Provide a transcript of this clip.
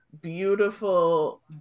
beautiful